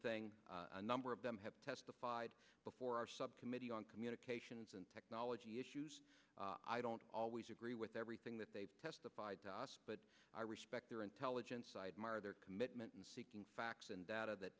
thing number of them have testified before our subcommittee on communications and technology issues i don't always agree with everything that they testified to us but i respect their intelligence i admire their commitment in seeking facts and data that